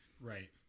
right